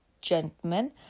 gentlemen